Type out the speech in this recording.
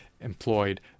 employed